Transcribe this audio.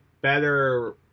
better